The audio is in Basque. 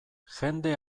jende